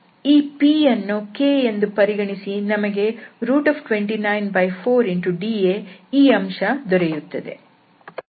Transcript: ಈ p ಯನ್ನು k ಎಂದು ಪರಿಗಣಿಸಿ ನಮಗೆ 294dA ಈ ಅಂಶ ದೊರೆಯುತ್ತದೆ